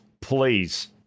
Please